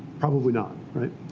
probably not, right?